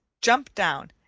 jump down,